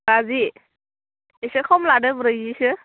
बाजि एसे खम लादो ब्रैजिसो